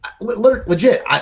Legit